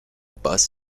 bus